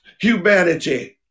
humanity